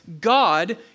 God